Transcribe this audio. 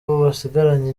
basigaranye